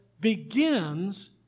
begins